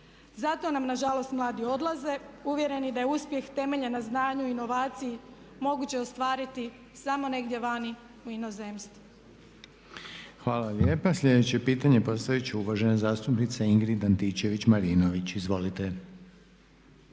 Zato nam nažalost mladi odlaze, uvjereni da je uspjeh temeljen na znanju i inovaciji moguće ostvariti samo negdje vani u inozemstvu. **Reiner, Željko (HDZ)** Hvala lijepa. Sljedeće pitanje postavit će uvažena zastupnica Ingrid Antičević-Marinović, izvolite.